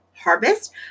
harvest